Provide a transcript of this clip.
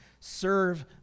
Serve